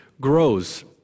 grows